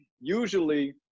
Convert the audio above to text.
usually